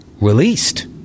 released